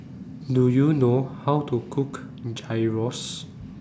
Do YOU know How to Cook Gyros